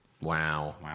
Wow